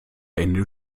ende